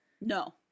No